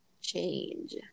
change